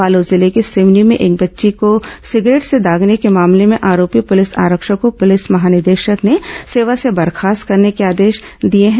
बालोद जिले के सिवनी में एक बच्ची को सिगरेट से दागने के मामले में आरोपी पुलिस आरक्षक को पुलिस महानिदेशक ने सेवा से बर्खास्त करने के निर्देश जारी किए हैं